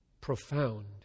Profound